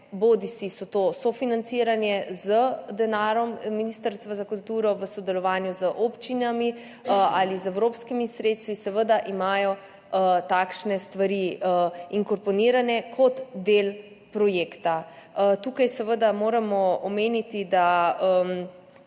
bodisi so sofinancirane z denarjem Ministrstva za kulturo v sodelovanju z občinami ali z evropskimi sredstvi, imajo takšne stvari inkorporirane kot del projekta. Tukaj seveda moramo omeniti, kar